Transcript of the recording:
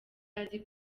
azi